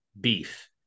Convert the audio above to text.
beef